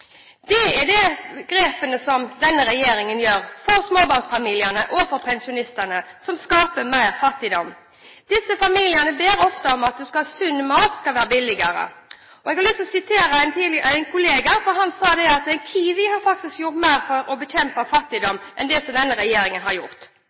Det er de grepene denne regjeringen gjør for småbarnsfamiliene og for pensjonistene, og som skaper mer fattigdom. Disse familiene ber ofte om at sunn mat skal være billigere. Jeg har lyst til å sitere en kollega. Han sa at KIWI faktisk har gjort mer for å bekjempe